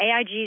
AIG